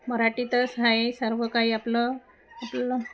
मराठीतच आहे सर्व काही आपलं आपलं